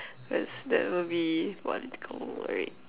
that's that will be right